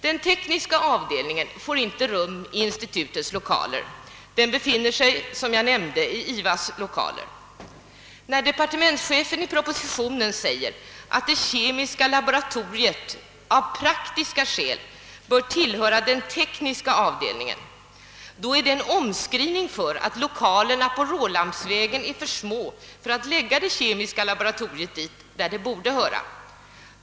Den tekniska avdelningen får inte rum i institutets lokaler; den befinner sig som jag nämnde i IVA :s lokaler. När departementschefen i propositionen säger att det kemiska laboratoriet »av praktiska skäl» bör tillhöra den tekniska avdelningen, är detta en omskrivning för att lokalerna vid Rålambsvägen är för små för att man skall kunna förlägga det kemiska laboratoriet där det borde vara.